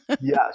Yes